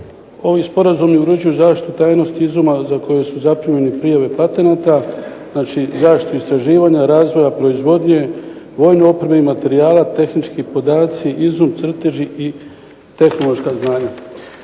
se ne razumije./… zaštitu tajnosti izuma za koje su zaprimljene prijave patenata, znači zaštitu istraživanja, razvoja, proizvodnje, vojne opreme i materijala, tehnički podaci, izum, crteži i tehnološka znanja.